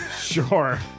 Sure